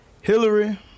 hillary